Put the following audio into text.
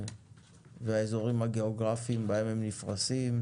והאזורים הגיאוגרפיים בהם הם נפרסים,